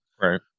right